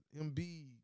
Embiid